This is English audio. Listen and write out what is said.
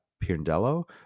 Pirandello